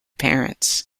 parents